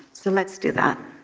so, let's do that.